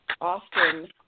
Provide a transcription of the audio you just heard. often